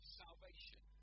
salvation